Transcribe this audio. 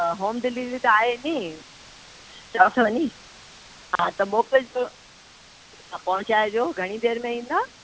home delivery त आहे नी वञी हा त मोकिलिजो त पहुचाइजो घणी देरि में ईंदा